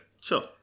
sure